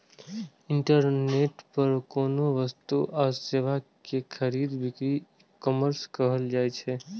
internet पर कोनो वस्तु आ सेवा के खरीद बिक्री ईकॉमर्स कहल जाइ छै